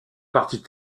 partie